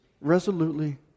resolutely